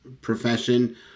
profession